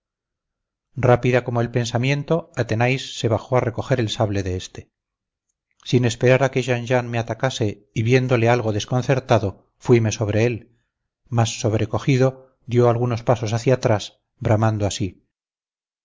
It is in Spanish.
rápida como el pensamiento athenais se bajó a recoger el sable de este sin esperar a que jean jean me atacase y viéndole algo desconcertado fuime sobre él mas sobrecogido dio algunos pasos hacia atrás bramando así